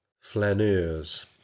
Flaneurs